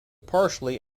partially